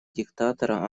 диктатора